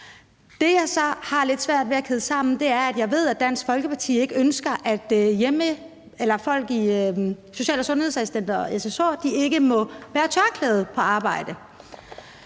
Det, jeg så har lidt svært ved at kæde sammen, er, at jeg ved, at Dansk Folkeparti ikke ønsker, at social- og sundhedsassistenter og social- og sundhedshjælpere må bære tørklæde på arbejde.